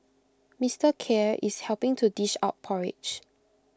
Mister Khair is helping to dish out porridge